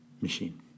machine